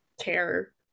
care